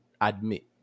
admit